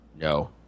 No